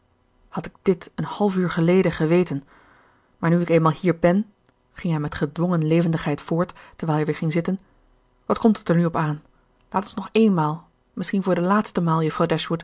had ik dit een half uur geleden geweten maar nu ik eenmaal hier bèn ging hij met gedwongen levendigheid voort terwijl hij weer ging zitten wat komt het er nu op aan laat ons nog eenmaal misschien voor de laatste maal juffrouw